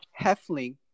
Heffling